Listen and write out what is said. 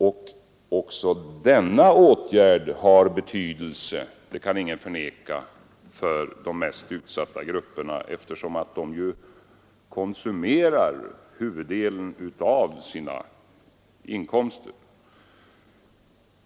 Och även denna åtgärd har betydelse, det kan ingen förneka, för de mest utsatta grupperna, eftersom de konsumerar huvuddelen av sina inkomster.